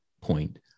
point